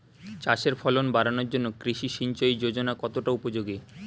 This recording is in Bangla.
চাষের ফলন বাড়ানোর জন্য কৃষি সিঞ্চয়ী যোজনা কতটা উপযোগী?